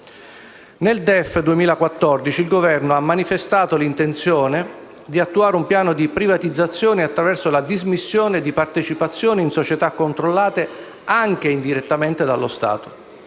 (DEF) 2014, il Governo ha manifestato l'intenzione di attuare un piano di privatizzazioni attraverso la dismissione di partecipazioni in società controllate anche indirettamente dallo Stato;